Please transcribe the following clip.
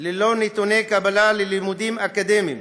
ללא נתוני קבלה ללימודים אקדמיים